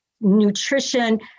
nutrition